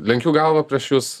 lenkiu galvą prieš jus